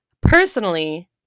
Personally